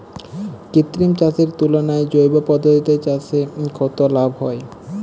কৃত্রিম চাষের তুলনায় জৈব পদ্ধতিতে চাষে কত লাভ হয়?